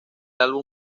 álbum